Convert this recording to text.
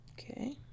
Okay